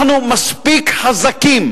אנחנו מספיק חזקים